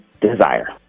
desire